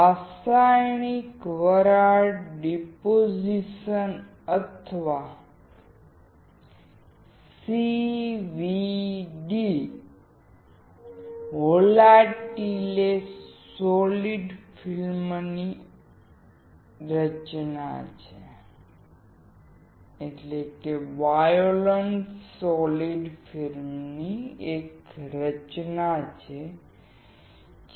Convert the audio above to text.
રાસાયણિક વરાળ ડિપોઝિશન અથવા CVD વોલાટીલે સોલિડ ફિલ્મની રચના છે